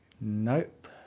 Nope